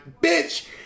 bitch